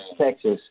Texas